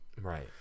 Right